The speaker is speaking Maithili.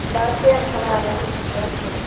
बड़केमे सँ हमरा रेहुमे सँ दए ने देबै